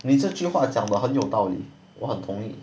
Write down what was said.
你这句话讲得很有道理我很同意